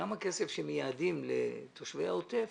גם הכסף שמייעדים לתושבי העוטף,